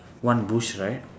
one bush right